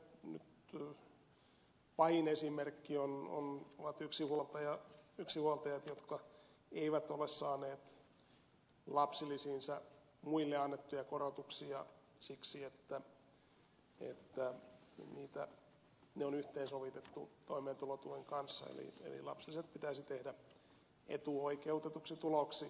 ehkä nyt pahin esimerkki on ollut yksi vuotta ja ovat yksinhuoltajat jotka eivät ole saaneet lapsilisiinsä muille annettuja korotuksia siksi että ne on yhteensovitettu toimeentulotuen kanssa eli lapsilisät pitäisi tehdä etuoikeutetuksi tuloksi